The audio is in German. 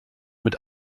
mit